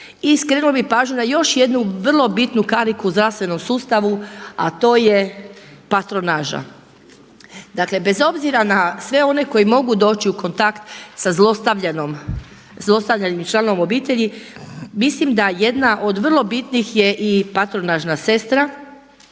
I skrenuo bih pažnju na još jednu vrlo bitnu kariku u zdravstvenom sustavu a to je patronaža. Dakle, bez obzira na sve one koji mogu doći u kontakt sa zlostavljanim članom obitelji mislim da jedna od vrlo bitnih je i patronažna sestra